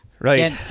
Right